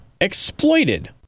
exploited